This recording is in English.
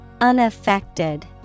Unaffected